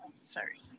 Sorry